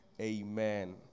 amen